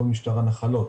כל משטר הנחלות,